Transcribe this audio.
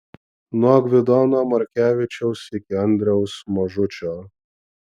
nuo gvidono markevičiaus iki andriaus mažučio